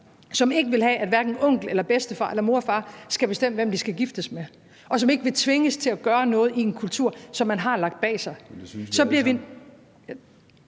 som ikke vil have, at onkel eller bedstefar eller mor og far skal bestemme, hvem de skal giftes med; og som ikke vil tvinges til at gøre noget i en kultur, som man har lagt bag sig, så bliver vi